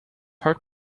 hurt